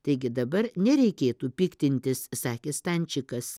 taigi dabar nereikėtų piktintis sakė stančikas